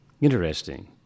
Interesting